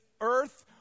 earth